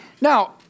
Now